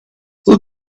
look